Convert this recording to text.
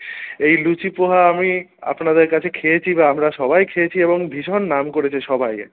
এই লুচি পোহা আমি আপনাদের কাছে খেয়েছি বা আমরা সবাই খেয়েছি এবং ভীষণ নাম করেছে সবাই